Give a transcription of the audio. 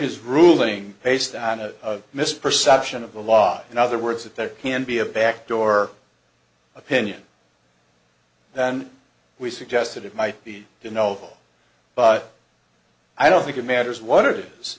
his ruling based on a misperception of the law in other words if there can be a backdoor opinion then we suggested it might be dunno but i don't think it matters what it is